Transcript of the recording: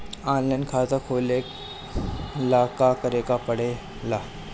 Online खाता खोले ला का का करे के पड़े ला?